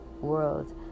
world